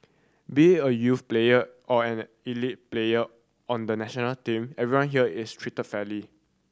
be a youth player or an elite player on the national team everyone here is treated fairly